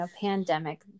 pandemic